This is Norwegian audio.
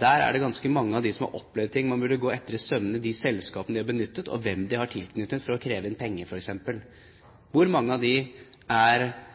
Der er det ganske mange som har opplevd ting som man burde gå etter i sømmene, de selskapene de har benyttet, hvem de har tilknyttet for å kreve inn penger, f.eks., hvor mange av dem er